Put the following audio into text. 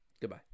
Goodbye